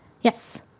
Yes